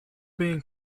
being